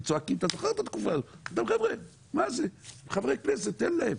אמרתי להם, חבר'ה, הם חברי כנסת, ניתן להם.